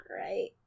right